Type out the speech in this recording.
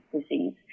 disease